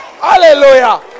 hallelujah